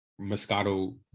Moscato